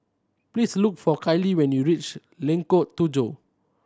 please look for Kylie when you reach Lengkok Tujoh